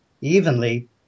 evenly